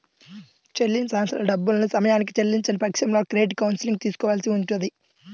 చెల్లించాల్సిన డబ్బుల్ని సమయానికి చెల్లించని పక్షంలో క్రెడిట్ కౌన్సిలింగ్ తీసుకోవాల్సి ఉంటది